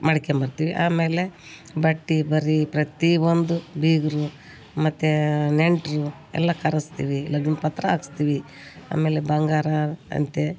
ಮಾಡ್ಕೊಂಬರ್ತೀವಿ ಆಮೇಲೆ ಬಟ್ಟೆ ಬರೆ ಪ್ರತಿ ಒಂದು ಬೀಗರು ಮತ್ತು ನೆಂಟರು ಎಲ್ಲ ಕರೆಸ್ತೀವಿ ಲಗ್ನಪತ್ರ ಹಾಕ್ಸ್ತೀವಿ ಆಮೇಲೆ ಬಂಗಾರ ಅಂತೆ